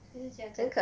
谁是佳佳